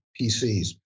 PCs